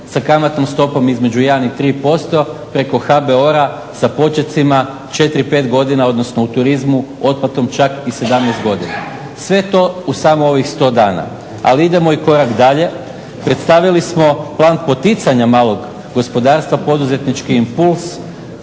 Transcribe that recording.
sa kamatnom stopom između 1 i 3% preko HBOR-a sa počecima 4-5 godina, odnosno u turizmu otplatom čak i 17 godina. Sve to u samo ovih 100 dana. Ali idemo i korak dalje, predstavili smo plan poticanja malog gospodarstva, poduzetnički impuls